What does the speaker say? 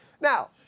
Now